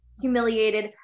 humiliated